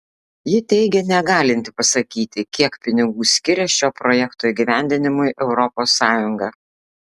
ji teigė negalinti pasakyti kiek pinigų skiria šio projekto įgyvendinimui europos sąjunga